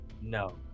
no